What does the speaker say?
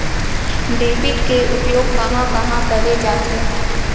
Debit के उपयोग कहां कहा करे जाथे?